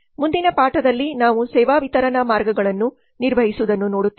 ಮುಂದಿನ ಪಾಠದಲ್ಲಿ ನಾವು ಸೇವಾ ವಿತರಣಾ ಮಾರ್ಗಗಳನ್ನು ನಿರ್ವಹಿಸುವುದನ್ನು ನೋಡುತ್ತೇವೆ